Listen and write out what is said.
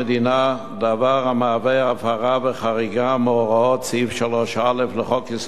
דבר המהווה הפרה וחריגה מהוראות סעיף 3א לחוק יסודות התקציב,